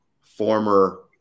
former